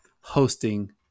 hosting